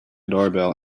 doorbell